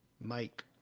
Mike